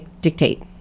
dictate